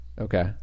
Okay